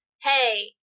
hey